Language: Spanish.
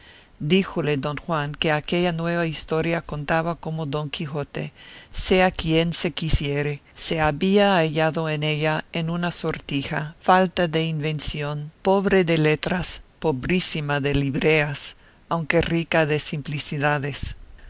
años díjole don juan que aquella nueva historia contaba como don quijote sea quien se quisiere se había hallado en ella en una sortija falta de invención pobre de letras pobrísima de libreas aunque rica de simplicidades